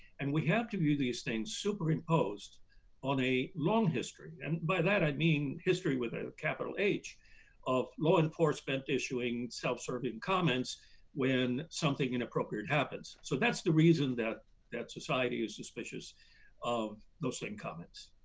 and we have to view these things superimposed on a long history, and by that i mean history with a capital h of law enforcement issuing self-serving comments when something inappropriate happens. so that's the reason that that society is suspicious of those same comments.